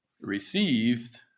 received